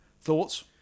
Thoughts